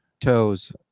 toes